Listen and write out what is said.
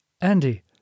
Andy